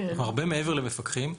אנחנו הרבה מעבר למפקחים.